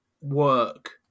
work